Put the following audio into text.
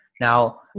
Now